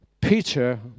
Peter